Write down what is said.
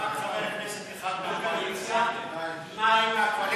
ההצעה להעביר